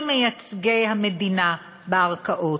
כל מייצגי המדינה בערכאות,